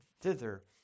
thither